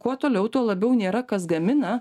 kuo toliau tuo labiau nėra kas gamina